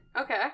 Okay